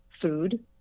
food